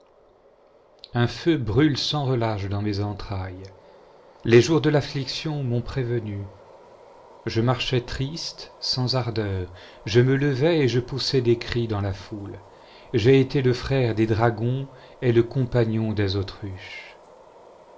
un feu brûle sans relâche dans mes entrailles les jours de l'affliction m'ont prévenu je marchais triste sans ardeur je me levais et je poussais des cris dans la foule j'ai été le frère des dragons et le compagnon des autruches